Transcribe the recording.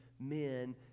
men